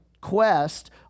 quest